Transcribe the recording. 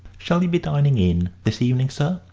shall you be dining in this evening, sir?